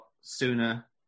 sooner